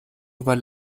über